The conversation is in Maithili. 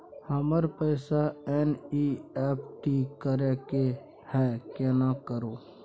हमरा पैसा एन.ई.एफ.टी करे के है केना करू?